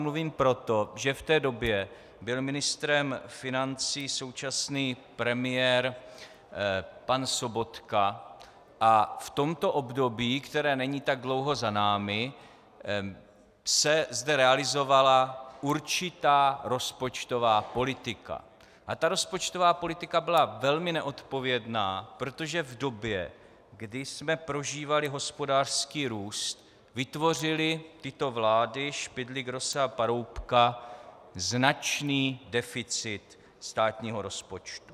Mluvím o tom proto, že v té době byl ministrem financí současný premiér pan Sobotka, a v tomto období, které není tak dlouho za námi, se zde realizovala určitá rozpočtová politika a ta rozpočtová politika byla velmi neodpovědná, protože v době, kdy jsme prožívali hospodářský růst, vytvořily tyto vlády Špidly, Grosse a Paroubka značný deficit státního rozpočtu.